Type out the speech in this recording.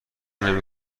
نمی